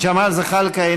ג'מאל זחאלקה,